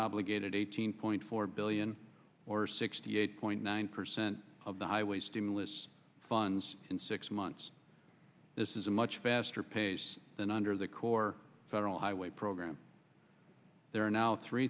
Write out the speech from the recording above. obligated eighteen point four billion or sixty eight point nine percent of the highway stimulus funds in six months this is a much faster pace than under the core federal highway program there are now three